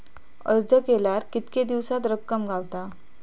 अर्ज केल्यार कीतके दिवसात रक्कम गावता?